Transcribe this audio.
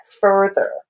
further